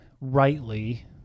rightly